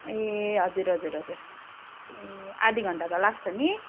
ए हजुर हजुर हजुर ए आधी घण्टा त लाग्छ नि